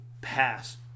pass